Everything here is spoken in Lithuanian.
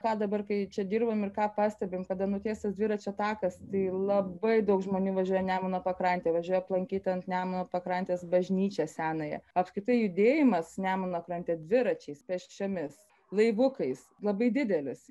ką dabar kai čia dirbam ir ką pastebim kada nutiestas dviračių takas tai labai daug žmonių važiuoja nemuno pakrante važiuoja aplankyti ant nemuno pakrantės bažnyčią senąją apskritai judėjimas nemuno krante dviračiais pėsčiomis laivukais labai didelis